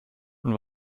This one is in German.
und